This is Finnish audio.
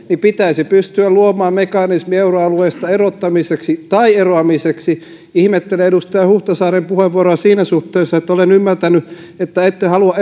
niin pitäisi pystyä luomaan mekanismi euroalueesta erottamiseksi tai eroamiseksi ihmettelen edustaja huhtasaaren puheenvuoroa siinä suhteessa että olen ymmärtänyt että ette halua